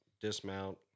dismount